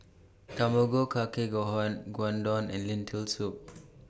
Tamago Kake Gohan Gyudon and Lentil Soup